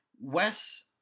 Wes